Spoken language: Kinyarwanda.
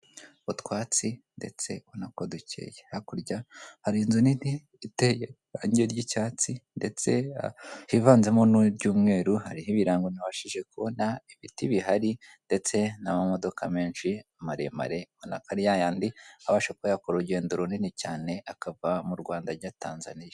Utwatsi ndetse uanakokeye hakurya hari inzu nini igi ry'icyatsi ndetse hivanzemo n'ryumweru hariho ibirango nabashije kubona ibiti bihari ndetse n'amamodoka menshi maremare na ari yayandidi abashapayakora urugendo runini cyane akava mu Rwanda ajya Tanzania.